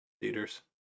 Theaters